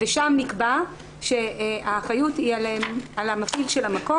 ושם נקבע שהאחריות היא על המפעיל של המקום,